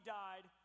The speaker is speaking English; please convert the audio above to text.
died